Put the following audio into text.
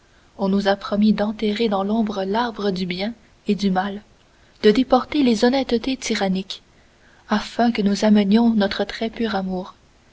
on nous a promis d'enterrer dans l'ombre l'arbre du bien et du mal de déporter les honnêtetés tyranniques afin que nous amenions notre très pur amour